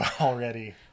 already